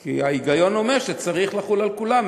כי ההיגיון אומר שזה צריך לחול על כולם.